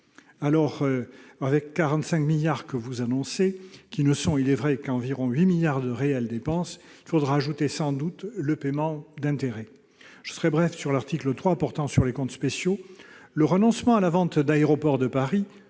d'euros. Aux 45 milliards annoncés, qui ne représentent, il est vrai, qu'environ 8 milliards d'euros de réelles dépenses, il faudra sans doute ajouter le paiement d'intérêts. Je serai bref sur l'article 3 portant sur les comptes spéciaux. Le renoncement à la vente d'Aéroports de Paris,